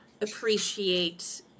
appreciate